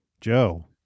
Joe